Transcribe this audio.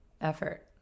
Effort